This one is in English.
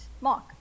Mark